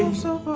um so